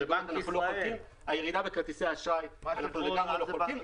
הירידה בכרטיסי אשראי, אנחנו לא חולקים.